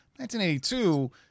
1982